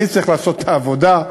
אני צריך לעשות את העבודה,